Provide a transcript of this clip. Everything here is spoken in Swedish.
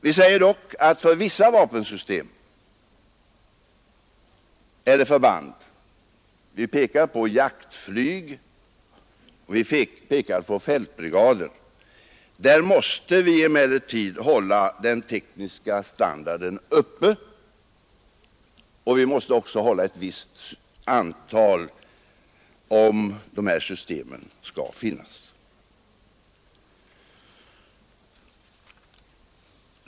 Vi säger dock att för vissa vapensystem eller förband — vi pekar på jaktflyg och på fältbrigader — måste vi emellertid hålla den tekniska standarden uppe och samtidigt hålla ett visst antal, om de här systemen skall finnas.